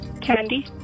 candy